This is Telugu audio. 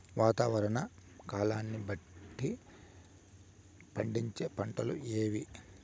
వాతావరణ కాలాన్ని బట్టి పండించే పంటలు ఏవి?